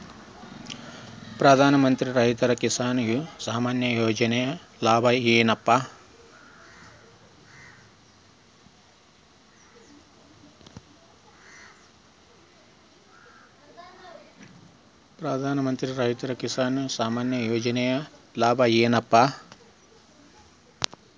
ಪ್ರಧಾನಮಂತ್ರಿ ರೈತ ಕಿಸಾನ್ ಸಮ್ಮಾನ ಯೋಜನೆಯ ಲಾಭ ಏನಪಾ?